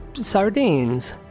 sardines